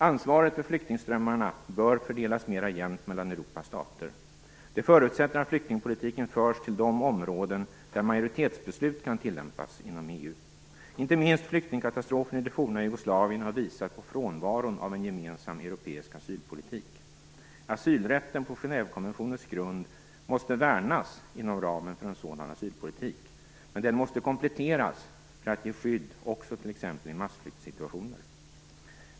Ansvaret för flyktingströmmarna bör fördelas mera jämnt mellan Europas stater. Det förutsätter att flyktingpolitiken förs till de områden där majoritetsbeslut kan tillämpas inom EU. Inte minst flyktingkatastrofen i det forna Jugoslavien har visat på frånvaron av en gemensam europeisk asylpolitik. Asylrätten på Genèvekonventionens grund måste värnas inom ramen för en sådan asylpolitik. Men den måste kompletteras för att ge skydd också t.ex. i massflyktssituationer.